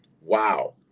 Wow